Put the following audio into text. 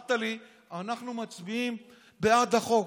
אמרת לי: אנחנו מצביעים בעד החוק.